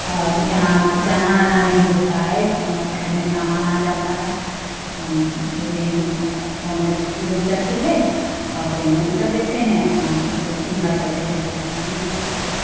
और यहाँ जाना आना नहीं होता है घर में सामान आ जाता है यहीं होम डिलेवरी हो जाती है और यहीं पेमेंट कर देते हैं अपना घर के घर बैठे बैठे सामान मिल जाता है